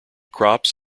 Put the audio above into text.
crops